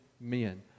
men